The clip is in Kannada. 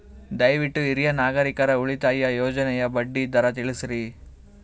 ದಯವಿಟ್ಟು ಹಿರಿಯ ನಾಗರಿಕರ ಉಳಿತಾಯ ಯೋಜನೆಯ ಬಡ್ಡಿ ದರ ತಿಳಸ್ರಿ